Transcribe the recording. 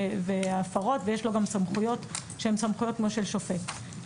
והפרות ויש לו גם סמכויות שהן סמכויות כמו של שופט.